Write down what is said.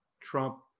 Trump